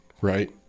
right